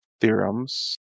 theorems